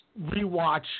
rewatch